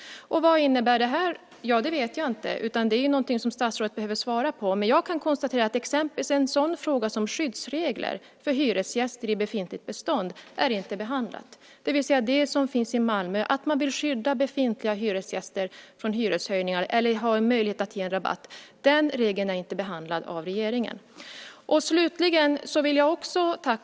Vad innebär det? Det vet jag inte. Det är någonting som statsrådet behöver svara på. Jag kan konstatera att ni inte har behandlat en sådan fråga som skyddsregler för hyresgäster i befintligt bestånd, det vill säga det som finns i Malmö där man vill skydda befintliga hyresgäster från hyreshöjningar eller ha möjlighet att ge rabatt. Den regeln är inte behandlad av regeringen.